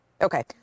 Okay